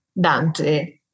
Dante